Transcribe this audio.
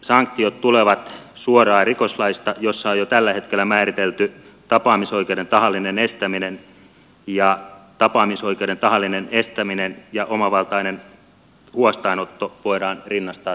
sanktiot tulevat suoraan rikoslaista jossa on jo tällä hetkellä määritelty tapaamisoikeuden tahallinen estäminen ja tapaamisoikeuden tahallinen estäminen ja omavaltainen huostaanotto voidaan rinnastaa toisiinsa